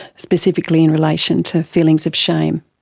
specifically in relation to feelings of shame?